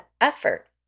effort